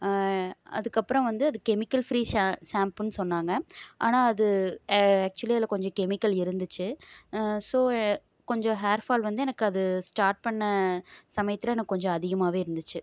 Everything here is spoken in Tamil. அதுக்கப்புறம் வந்து அது கெமிக்கல் ஃப்ரீ ஷே ஷேம்புனு சொன்னாங்க ஆனால் அது அ ஆக்சுவலி அதில் கொஞ்சம் கெமிக்கல் இருந்துச்சு ஸோ கொஞ்சம் ஹேர்ஃபால் வந்து எனக்கு அது ஸ்டார்ட் பண்ண சமயத்தில் எனக்கு கொஞ்சம் அதிகமாவே இருந்துச்சு